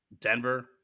Denver